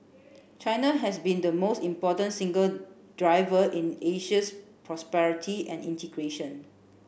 China has been the most important single driver in Asia's prosperity and integration